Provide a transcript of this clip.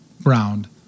browned